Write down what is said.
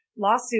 lawsuit